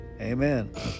amen